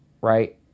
right